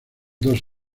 dos